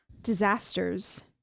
disasters